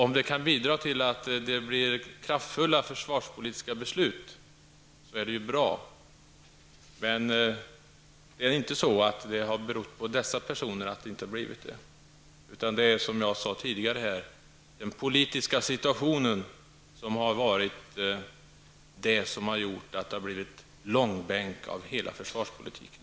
Om det kan bidra till att vi får kraftfulla försvarspolitiska beslut, är det ju bra, men jag vill säga att det inte har berott på dessa personer att det inte blivit några sådana, utan det är, som jag sade tidigare, den politiska situationen som gjort att det har blivit en långbänk av hela försvarspolitiken.